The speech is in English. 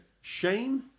Shame